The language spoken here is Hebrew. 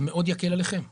זה גם יקל עליכם מאוד,